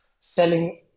selling